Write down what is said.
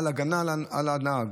בהגנה על הנהג.